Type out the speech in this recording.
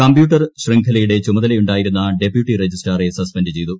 computer ശൃംഖലയുടെ ചുമതലയുണ്ടായിരുന്ന deputy രജിസ്ട്രാറെ സസ്പെന്റ് ചെയ്തു